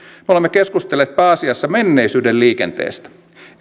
me olemme keskustelleet pääasiassa menneisyyden liikenteestä